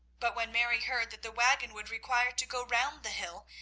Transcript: but when mary heard that the waggon would require to go round the hill,